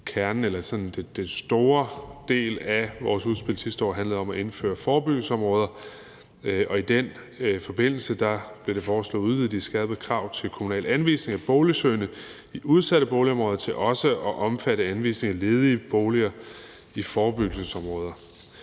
den store del af vores udspil sidste år handlede om at indføre forebyggelsesområder. I den forbindelse blev det foreslået at udvide de skærpede krav til kommunal anvisning til boligsøgende i udsatte boligområder til også at omfatte anvisning af ledige boliger i forebyggelsesområder.